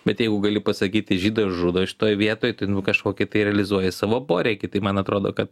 bet jeigu gali pasakyti žydas žudo šitoj vietoj tai kažkokį tai realizuoji savo poreikį tai man atrodo kad